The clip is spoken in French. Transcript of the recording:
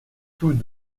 tous